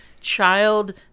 child